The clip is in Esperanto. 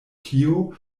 tio